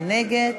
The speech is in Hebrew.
מי נגד?